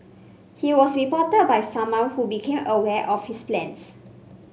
he was reported by someone who became aware of his plans